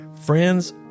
friends